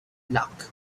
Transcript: luck